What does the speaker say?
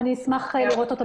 ורוצה להעלות את